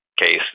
case